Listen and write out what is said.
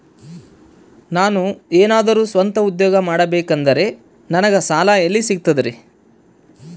ನಾನು ಏನಾದರೂ ಸ್ವಂತ ಉದ್ಯೋಗ ಮಾಡಬೇಕಂದರೆ ನನಗ ಸಾಲ ಎಲ್ಲಿ ಸಿಗ್ತದರಿ?